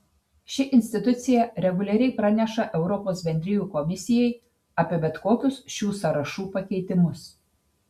ši institucija reguliariai praneša europos bendrijų komisijai apie bet kokius šių sąrašų pakeitimus